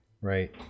right